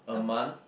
a